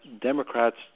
Democrats